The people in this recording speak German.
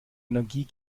energie